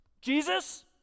Jesus